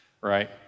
right